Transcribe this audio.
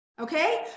Okay